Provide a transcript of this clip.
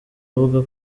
avuga